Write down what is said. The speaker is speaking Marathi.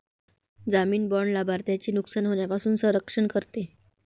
जामीन बाँड लाभार्थ्याचे नुकसान होण्यापासून संरक्षण करते